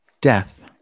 death